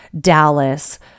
Dallas